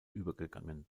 übergegangen